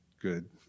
good